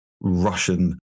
Russian